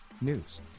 News